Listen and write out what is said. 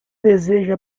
deseja